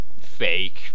fake